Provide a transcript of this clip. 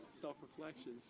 Self-reflection